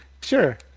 Sure